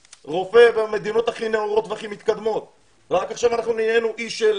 רופא במדינות הכי נאורות והכי מתקדמות ורק עכשיו אנחנו אי של